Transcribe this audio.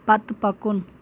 پتہٕ پکُن